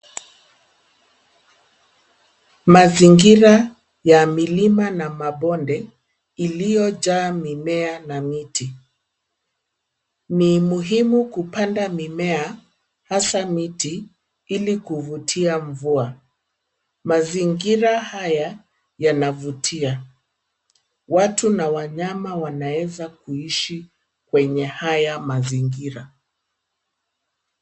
Mazingira ya milima na mabonde iliyojaa mimea na miti. Ni muhimu kupanda mimea, hasa miti, ili kuvutia mvua. Mazingira haya yanavutia. Watu na wanyama wanaweza kuishi kwenye haya mazingira.